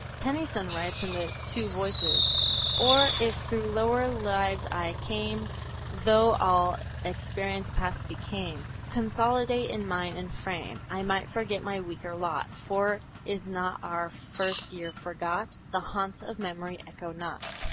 tennyson writes in the two voices or, if through lower lives i came tho' all experience past became, consolidate in mind and frame i might forget my weaker lot for is not our first year forgot? the haunts of memory echo not.